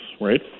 right